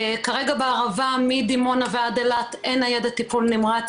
כרגע בערבה מדימונה ועד אילת אין ניידת טיפול נמרץ,